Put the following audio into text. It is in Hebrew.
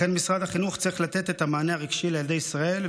לכן משרד החינוך צריך לתת את המענה הרגשי לילדי ישראל,